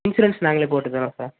insurance நாங்களே போட்டு தரோம் சார்